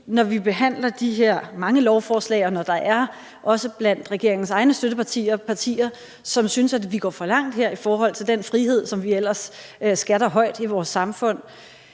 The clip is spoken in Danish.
når vi behandler de her mange lovforslag, også blandt regeringens egne støttepartier er partier, som synes, at vi går for langt her i forhold til den frihed, som vi ellers skatter højt i vores samfund.